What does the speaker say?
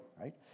right